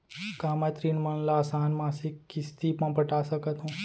का मैं ऋण मन ल आसान मासिक किस्ती म पटा सकत हो?